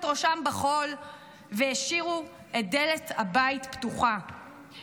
ראשם בחול והשאירו את דלת הבית פתוחה,